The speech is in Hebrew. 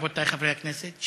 רבותי חברי הכנסת,